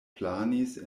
planis